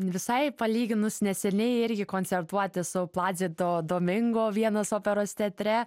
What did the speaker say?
visai palyginus neseniai irgi koncertuoti su pladzido domingo vienos operos teatre